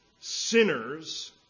sinners